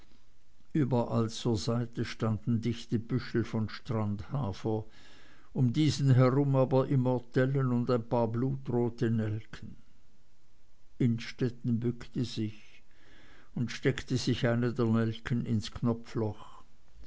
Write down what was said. überall zur seite standen dichte büschel von strandhafer um diesen herum aber immortellen und ein paar blutrote nelken innstetten bückte sich und steckte sich eine der nelken ins knopfloch